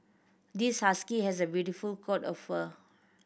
this husky has a beautiful coat of fur